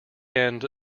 end